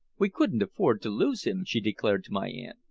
we couldn't afford to lose him, she declared to my aunt.